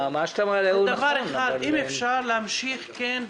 אם אפשר להמשיך כן,